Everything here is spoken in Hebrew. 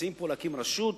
מציעים להקים פה רשות,